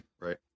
Right